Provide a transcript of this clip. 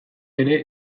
ere